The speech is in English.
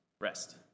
rest